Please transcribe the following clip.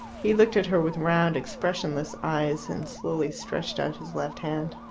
he looked at her with round, expressionless eyes, and slowly stretched out his left hand.